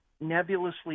nebulously